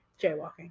jaywalking